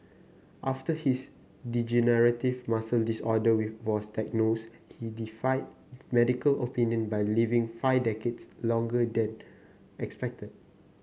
after his degenerative muscle disorder we was diagnosed he defied medical opinion by living five decades longer than expected